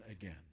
again